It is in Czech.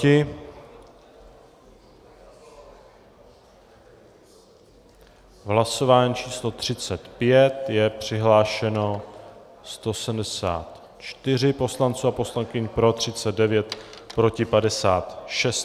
V hlasování číslo 35 je přihlášeno 174 poslanců a poslankyň, pro 39, proti 56.